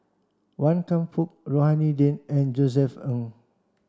Wan Tam Fook Rohani Din and Josef Ng